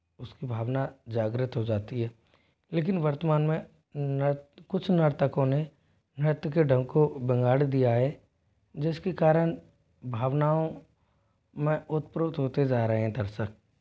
उसकी भावना जागृत हो जाती है लेकिन वर्तमान में नृत कुछ नर्तकों ने नृत्य के ढंग को बिगाड़ दिया है जिसके कारण भावनाओं में ओतप्रोत होते जा रहे हैं दर्शक